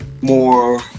more